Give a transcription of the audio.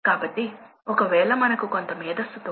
కాబట్టి మేము దానిపై కొంచెం చర్చిస్తాము